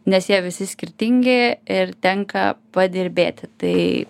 nes jie visi skirtingi ir tenka padirbėti tai